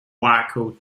waco